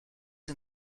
and